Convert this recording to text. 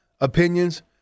opinions